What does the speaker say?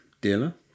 dealer